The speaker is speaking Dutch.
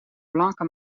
blanke